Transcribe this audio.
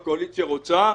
אם הקואליציה רוצה,